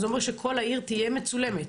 זה אומר שכל העיר תהיה מצולמת,